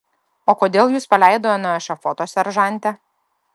o kodėl jus paleido nuo ešafoto seržante